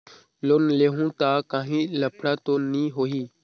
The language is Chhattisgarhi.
लोन लेहूं ता काहीं लफड़ा तो नी होहि?